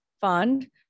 fund